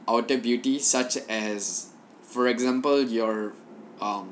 outer beauty such as for example your um